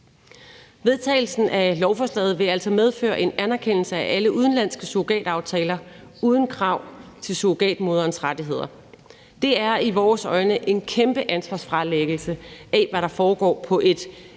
Vedtagelsen af lovforslaget vil altså medføre en anerkendelse af alle udenlandske surrogataftaler uden hensyn til surrogatmorens rettigheder. Det er i vores øjne en kæmpe ansvarsfralæggelse af, hvad der foregår på et